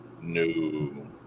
no